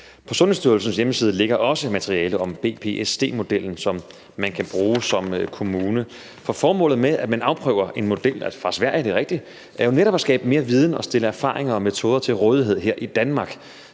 På Sundhedsstyrelsens hjemmeside ligger også materiale om BPSD-modellen, som man kan bruge som kommune. For formålet med, at man afprøver en model – fra Sverige, det er rigtigt – er jo netop at skabe mere viden og stille erfaringer og metoder til rådighed her i Danmark.